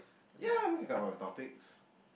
ya we could talk about the topics